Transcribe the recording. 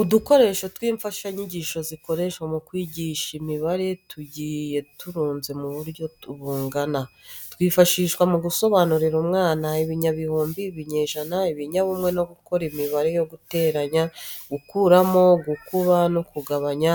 Udukoresho tw'imfashanyigisho zikoreshwa mu kwigisha imibare tugiye turunze mu butyo bungana, twifashishwa mu gusobanurira umwana ibinyagihumbi, ibinyejana, ibinyabumwe no gukora imibare yo guteranya, gukuraho, gukuba no kugabanya